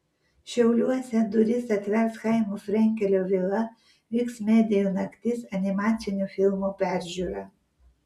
šiauliuose duris atvers chaimo frenkelio vila vyks medijų naktis animacinių filmų peržiūra